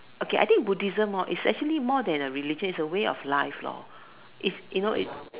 okay I think Buddhism is actually more than a religion it's a way of life if you know if